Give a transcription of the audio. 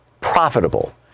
profitable